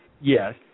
Yes